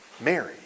Mary